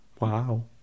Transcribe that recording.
Wow